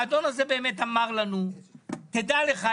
האדון הזה באמת אמר לנו 'תדע לך,